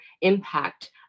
impact